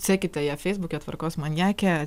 sekite ją feisbuke tvarkos maniakė